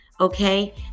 Okay